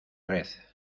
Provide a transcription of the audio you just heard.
red